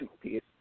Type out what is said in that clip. piece